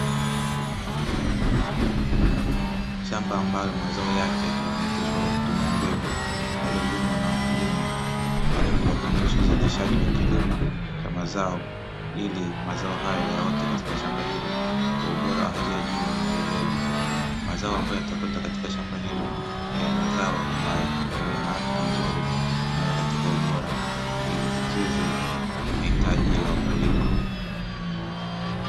Shamba ambalo mazao yake yameoteshwa kwa kutumia mbegu, yaliyolimwa na wakulima kwa lengo la kuboresha uzalishaji wa kilimo cha mazao ili mazao hayo yaote katika shamba hilo kwa ubora wa hali ya juu na uweledi. Mazao ambayo yataota katika shamba hilo yawe mazao ambayo yana afya nzuri na yawe katika ubora ili kukidhi mahitaji ya wakulima.